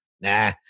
nah